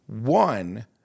One